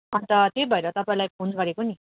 अन्त त्यही भएर तपाईँलाई फोन गरेको नि